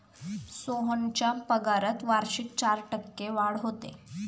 सोहनच्या पगारात वार्षिक चार टक्के वाढ होते